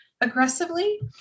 aggressively